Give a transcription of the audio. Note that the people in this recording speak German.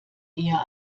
eher